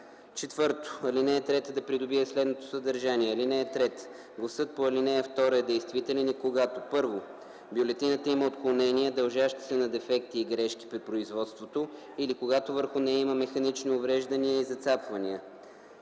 4. Алинея 3 да придобие следното съдържание: „(3) Гласът по ал. 2 е действителен и когато: 1. бюлетината има отклонения дължащи се на дефекти и грешки при производството или когато върху нея има механични увреждания и зацапвания.